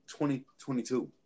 2022